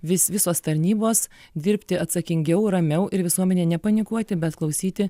vis visos tarnybos dirbti atsakingiau ramiau ir visuomenė nepanikuoti bet klausyti